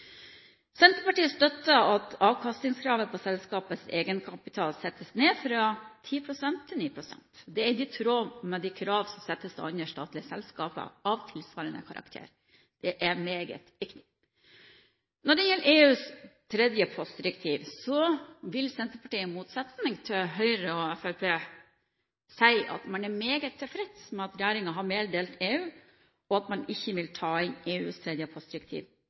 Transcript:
Senterpartiet støtter at avkastningskravet på selskapets egenkapital settes ned fra 10 pst. til 9 pst. Dette er i tråd med krav som settes til andre statlige selskaper av tilsvarende karakter, og det er meget viktig. Når det gjelder EUs tredje postdirektiv, vil Senterpartiet, i motsetning til Høyre og Fremskrittspartiet, si at man er meget tilfreds med at regjeringen har meddelt EU at man ikke vil ta inn EUs tredje postdirektiv.